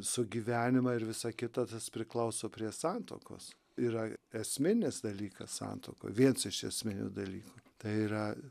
sugyvenimą ir visa kita tas priklauso prie santuokos yra esminis dalykas santuoka viens iš esminių dalykų tai yra